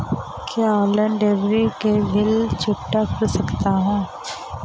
क्या मैं online delivery के भी बिल चुकता कर सकता हूँ?